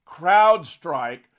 CrowdStrike